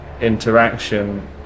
interaction